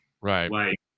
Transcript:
Right